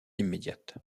immédiate